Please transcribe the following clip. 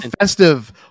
festive